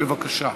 בבקשה.